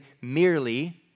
merely